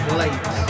late